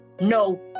no